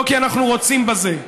לא כי אנחנו רוצים בזה,